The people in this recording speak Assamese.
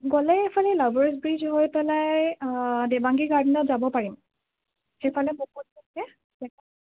গ'লে এইফালে লাভাৰ ব্ৰীজ হৈ পেলাই দেবাংগী গাৰ্ডেনত যাব পাৰিম সেইফালে থাকে